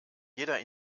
jeder